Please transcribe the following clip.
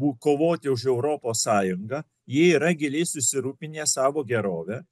kovoti už europos sąjungą jie yra giliai susirūpinę savo gerove